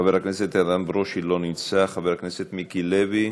חבר הכנסת ברושי, לא נמצא, חבר הכנסת מיקי לוי,